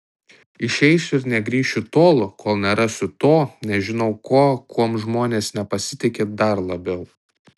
išeisiu ir negrįšiu tol kol nerasiu to nežinau ko kuom žmonės nepasitiki dar labiau